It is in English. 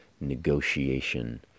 negotiation